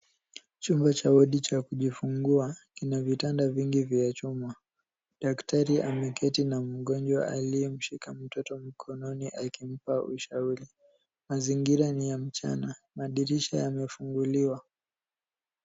Chumba cha wodi cha kujifungua, kina vitanda vingi vya chuma. Daktari ameketi na mgonjwa aliyemshika mtoto mkononi akimpa ushauri. Mazingira ni ya mchana. Madirisha yamefunguliwa.